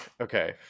Okay